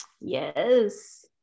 Yes